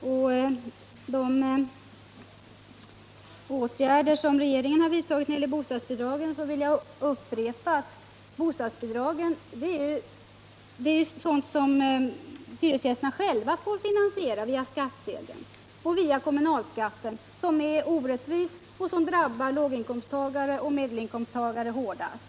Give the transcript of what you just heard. I fråga om de åtgärder som regeringen har vidtagit när det gäller bostadsbidragen vill jag upprepa att hyresgästerna själva får finansiera dessa via skattsedeln, och inte minst via kommunalskatten, som är orättvis därför att den drabbar låginkomsttagare och medelinkomsttagare hårdast.